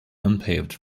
unpaved